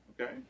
okay